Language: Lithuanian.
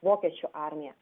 vokiečių armija